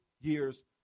years